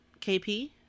KP